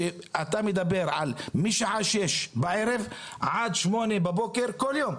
שאתה מדבר על משעה 18:00 בערב עד 8:00 בבוקר כל יום,